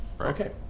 Okay